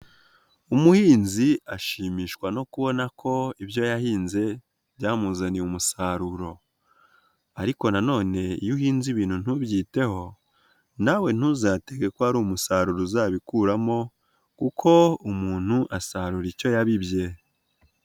Umuhinzi ashimishwa no kubona ko ibyo yahinze byamuzaniye umusaruro, ariko nonene iyo uhinze ibintu ntubyiteho nawe ntuzakeke ko ari umusaruro uzabikuramo kuko umuntu asarura icyo yabibye.